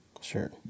Sure